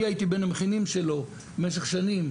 אני הייתי בין המכינים שלו במשך שנים,